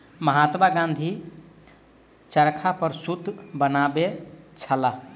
महात्मा गाँधी चरखा पर सूत बनबै छलाह